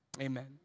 amen